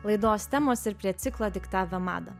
laidos temos ir prie ciklo diktavę madą